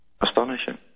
Astonishing